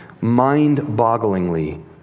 mind-bogglingly